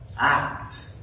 act